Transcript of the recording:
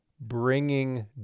bringing